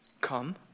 come